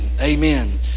Amen